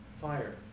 fire